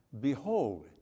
Behold